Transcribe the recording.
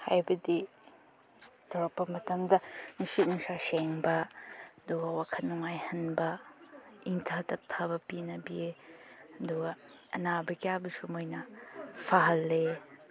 ꯍꯥꯏꯕꯗꯤ ꯇꯧꯔꯛꯄ ꯃꯇꯝꯗ ꯅꯨꯡꯁꯤꯠ ꯅꯨꯡꯁꯥ ꯁꯦꯡꯕ ꯑꯗꯨꯒ ꯋꯥꯈꯟ ꯅꯨꯡꯉꯥꯏꯍꯟꯕ ꯏꯪꯊ ꯇꯝꯊꯕ ꯄꯤꯅꯕꯤꯌꯦ ꯑꯗꯨꯒ ꯑꯅꯥꯕ ꯀꯌꯥꯕꯨꯁꯨ ꯃꯣꯏꯅ ꯐꯍꯜꯂꯦ